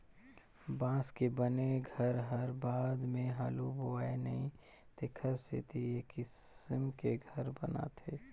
बांस के बने घर हर बाद मे हालू बोहाय नई तेखर सेथी ए किसम के घर बनाथे